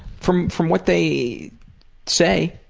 from from what they say.